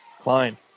Klein